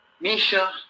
Misha